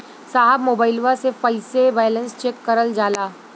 साहब मोबइलवा से कईसे बैलेंस चेक करल जाला?